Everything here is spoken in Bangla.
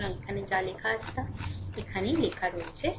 সুতরাং এখানে যা লেখা আছে তা এখানেই লেখা আছে